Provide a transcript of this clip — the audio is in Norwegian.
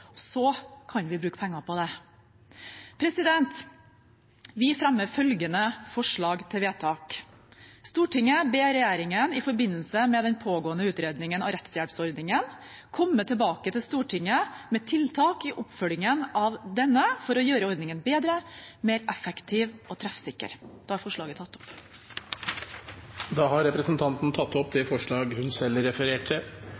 fremmer følgende forslag: «Stortinget ber regjeringen i forbindelse med den pågående utredningen av rettshjelpsordningen komme tilbake til Stortinget med tiltak i oppfølgingen av denne for å gjøre ordningen bedre, mer effektiv og treffsikker.» – Da er forslaget tatt opp. Representanten Guro Angell Gimse har tatt opp